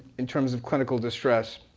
in terms of clinical distress.